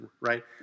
right